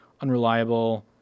unreliable